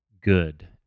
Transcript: good